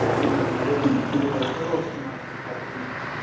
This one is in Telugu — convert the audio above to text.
అవును మేడం అదే మేడం చాలా ఎక్కువగా వస్తుంది మేడం కడుపు నొప్పి